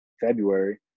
February